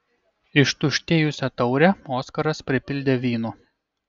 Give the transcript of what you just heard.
ištuštėjusią taurę oskaras pripildė vynu